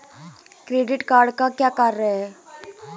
Credit card का क्या कार्य है?